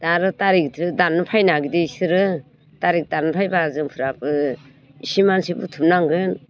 थारा थारि दानो फैनो नागिरदों इसोरो थारिख दाननो फैबा जोंफ्राबो एसे मानसि बुथुम नांगोन